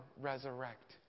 resurrect